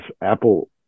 Apple